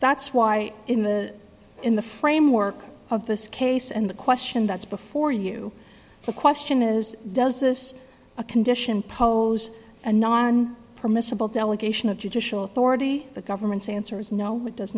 that's why in the in the framework of this case and the question that's before you the question is does this a condition pose a non permissible delegation of judicial authority the government's answer is no it does